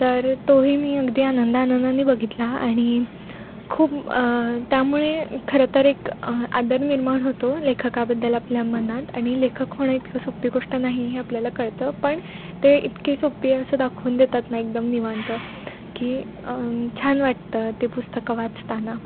तर तोही मी अगदी आनंदाआनंदाने बघितला आणि खूप त्यामुळे खरं तर एक आदर निर्माण होतो लेखकाबद्दल आपल्या मनात आणि लेखक होणं इतकं सोपी गोष्ट नाही हे आपल्याला कळतं पण ते इतके सोपी असं दाखवून देतात ना एकदम निवांत की छान वाटतं ते पुस्तकं वाचताना